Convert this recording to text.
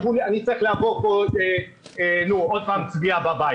אני צריך לעבור עוד פעם צביעה בבית.